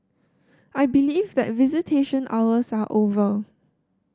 I believe that visitation hours are over